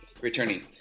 returning